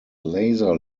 laser